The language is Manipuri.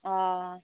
ꯑꯥ